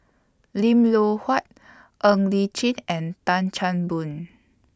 Lim Loh Huat Ng Li Chin and Tan Chan Boon